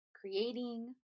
creating